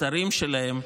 לשרים שלהן,